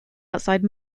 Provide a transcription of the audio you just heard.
outside